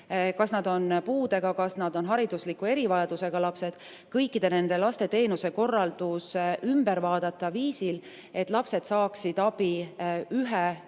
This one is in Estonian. kas nad on puudega, kas nad on haridusliku erivajadusega lapsed – teenusekorraldus ümber vaadata viisil, et lapsed saaksid abi ühe